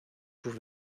sus